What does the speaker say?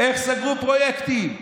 איך סגרו פרויקטים?